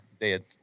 dead